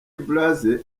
blaze